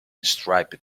striped